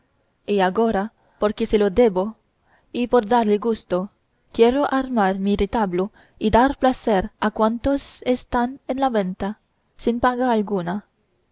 y agora porque se lo debo y por darle gusto quiero armar mi retablo y dar placer a cuantos están en la venta sin paga alguna